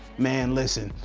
man, listen.